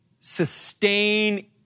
sustain